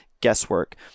guesswork